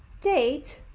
date,